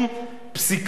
פסיקה,